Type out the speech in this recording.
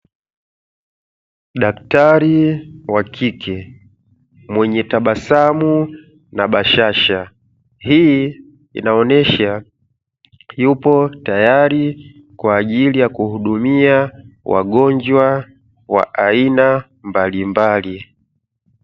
Daktari wa kike mwenye tabasamu na bashasha hii inaonesha yupo tayari kwa ajili ya kuhudumia wagonjwa wa aina mbalimbali.